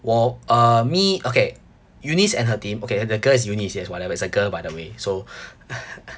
我 uh me okay eunice and her team okay the girl is eunice yes whatever it's a girl by the way so